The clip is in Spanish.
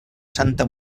santa